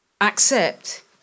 accept